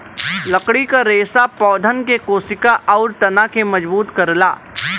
लकड़ी क रेसा पौधन के कोसिका आउर तना के मजबूत करला